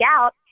out